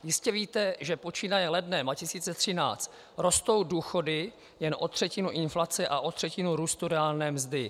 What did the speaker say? Jistě víte, že počínaje lednem 2013 rostou důchody jen o třetinu inflace a o třetinu růstu reálné mzdy.